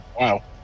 wow